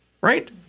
right